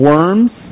Worms